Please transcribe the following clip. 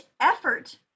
effort